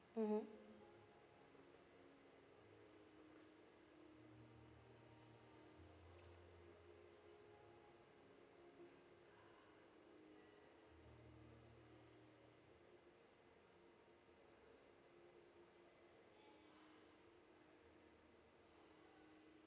mmhmm